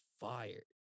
fired